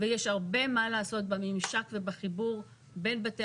ויש הרבה מה לעשות בממשק ובחיבור בין בתי